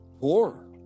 poor